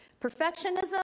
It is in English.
Perfectionism